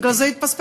בגלל זה התפספס.